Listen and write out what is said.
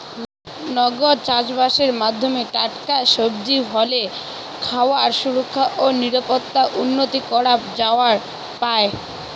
নগর চাষবাসের মাধ্যমে টাটকা সবজি, ফলে খাবার সুরক্ষা ও নিরাপত্তা উন্নতি করা যাবার পায়